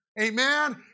Amen